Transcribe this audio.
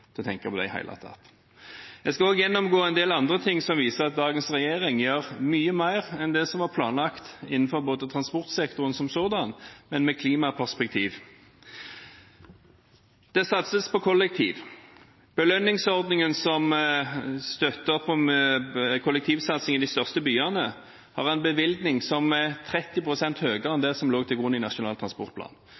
til å tenke på det i det hele tatt. Jeg skal også gjennomgå en del andre ting som viser at dagens regjering gjør mye mer enn det som var planlagt innenfor transportsektoren som sådan, men med klimaperspektiv. Det satses på kollektiv. Belønningsordningen som støtter opp om kollektivsatsingen i de største byene, har en bevilgning som er 30 pst. høyere enn det som lå til grunn i Nasjonal transportplan.